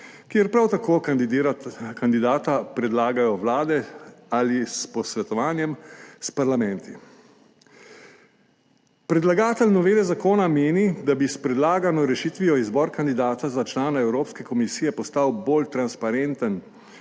kjer prav tako kandidata predlagajo vlade ali s posvetovanjem s parlamenti. Predlagatelj novele zakona meni, da bi s predlagano rešitvijo izbor kandidata za člana Evropske komisije postal bolj transparenten,